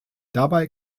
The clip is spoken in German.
dabei